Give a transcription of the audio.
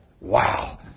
wow